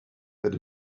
that